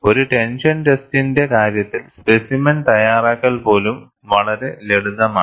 ഒരു ടെൻഷൻ ടെസ്റ്റിന്റെ കാര്യത്തിൽ സ്പെസിമെൻ തയ്യാറാക്കൽ പോലും വളരെ ലളിതമാണ്